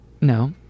No